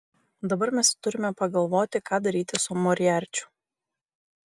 dabar mes turime pagalvoti ką daryti su moriarčiu